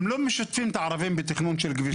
הם לא משתפים את הערבים בתכנון של כבישים.